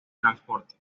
transporte